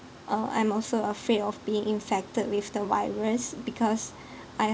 uh I'm also afraid of being infected with the virus because I